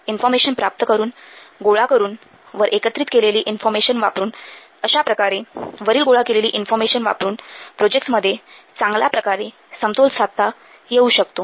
information प्राप्त करून गोळा करून वर एकत्रित केलेली इन्फॉर्मेशन वापरून अशाप्रकारे वरील गोळा केलेली इन्फॉर्मेशन वापरून प्रोजेक्टसमध्ये चांगल्या प्रकारे समतोल साधता येऊ शकतो